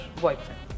boyfriend